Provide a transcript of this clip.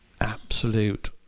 absolute